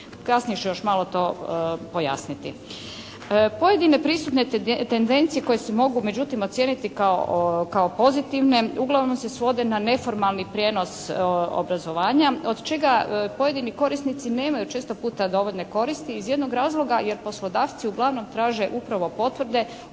Kasnije ću još malo to pojasniti. Pojedine prisutne tendencije koje se mogu, međutim, ocijeniti kao pozitivne uglavnom se svode na neformalni prijenos obrazovanja od čega pojedini korisnici nemaju često puta dovoljne koristi iz jednog razloga jer poslodavci uglavnom traže upravo potvrde,